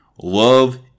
Love